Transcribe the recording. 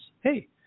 hey